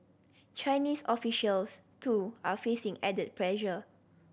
Chinese officials too are facing added pressure